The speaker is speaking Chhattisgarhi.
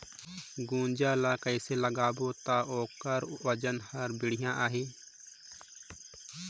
गुनजा ला कइसे लगाबो ता ओकर वजन हर बेडिया आही?